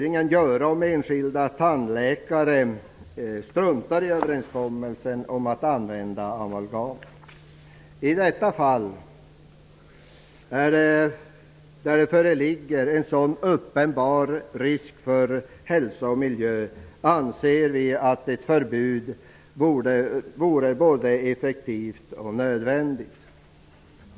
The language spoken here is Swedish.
I detta fall, där det föreligger en sådan uppenbar risk för hälsa och miljö, anser vi att ett förbud vore både effektivt och nödvändigt.